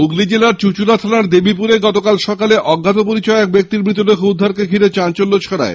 হুগলী জেলার চুঁচুড়া থানার দেবীপুরে গতকাল সকাল অজ্ঞাত পরিচয় এক ব্যক্তির মৃতদেহ উদ্ধার ঘিরে চাঞ্চল্য ছড়ায়